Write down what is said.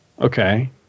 Okay